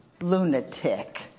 lunatic